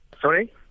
Sorry